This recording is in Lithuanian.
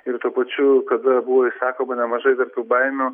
ir tuo pačiu kada buvo išsakoma nemažai dar tų baimių